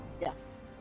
Yes